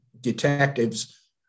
detectives